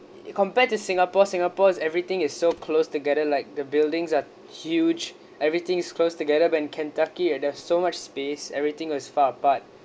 compared to singapore singapore is everything is so close together like the buildings are huge everything is closed together but kentucky there's so much space everything was far apart